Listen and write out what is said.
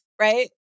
Right